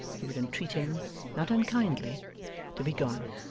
he would entreat him not unkindly to be gone,